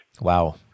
Wow